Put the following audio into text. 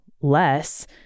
less